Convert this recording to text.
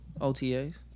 OTAs